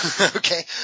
Okay